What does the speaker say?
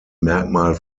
merkmal